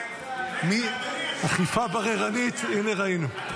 אכיפה בררנית, הינה, ראינו.